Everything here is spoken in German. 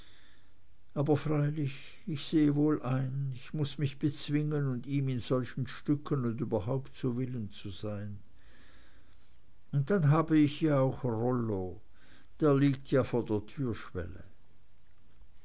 aber freilich ich sehe wohl ein ich muß mich bezwingen und ihm in solchen stücken und überhaupt zu willen sein und dann habe ich ja auch rollo der liegt ja vor der türschwelle